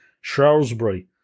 Shrewsbury